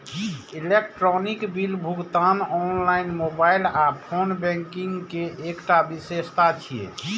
electronic bill भुगतान online, mobile आ phone banking के एकटा विशेषता छियै